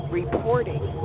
reporting